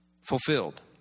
fulfilled